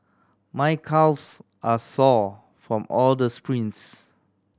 my calves are sore from all the sprints